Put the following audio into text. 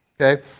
Okay